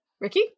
Ricky